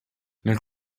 nel